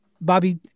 Bobby